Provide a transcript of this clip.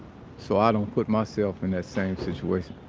so i don't put myself in that same situation.